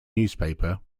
newspaper